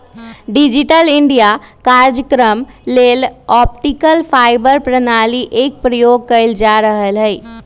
digital India काजक्रम लेल optical fibre प्रणाली एक प्रयोग कएल जा रहल हइ